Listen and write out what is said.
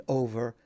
over